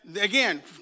again